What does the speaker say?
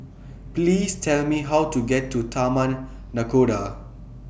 Please Tell Me How to get to Taman Nakhoda